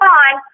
on